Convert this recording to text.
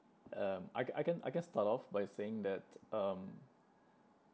um I can I can I can start off by saying that um